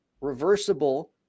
reversible